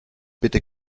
bitte